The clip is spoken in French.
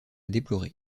déplorer